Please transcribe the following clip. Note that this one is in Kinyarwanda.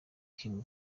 kim